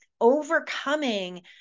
Overcoming